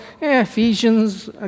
Ephesians